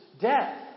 death